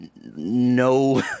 no